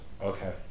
Okay